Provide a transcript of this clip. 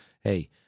Hey